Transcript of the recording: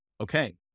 okay